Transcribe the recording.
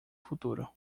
futuro